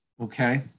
okay